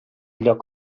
lloc